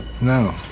No